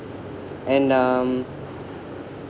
and um